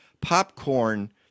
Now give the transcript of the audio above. popcorn